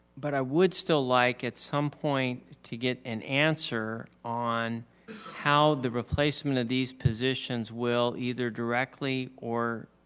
but i would still like at some point to get an answer on how the replacement of these positions will either directly or